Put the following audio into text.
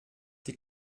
die